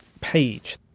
page